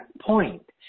point